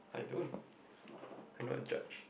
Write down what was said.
I don't I'm not a judge